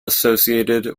associated